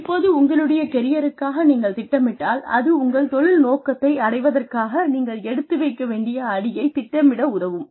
இப்போது உங்களுடைய கெரியருக்காக நீங்கள் திட்டமிட்டால் அது உங்கள் தொழில் நோக்கத்தை அடைவதற்காக நீங்கள் எடுத்து வைக்க வேண்டிய அடியைத் திட்டமிட உதவும்